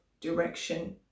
direction